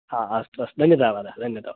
हा हा अस्तु अस्तु दन्यदावादः दन्यदावाः